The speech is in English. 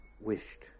wished